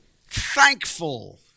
thankful